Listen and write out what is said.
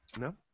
No